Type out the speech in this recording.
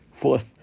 fourth